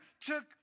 took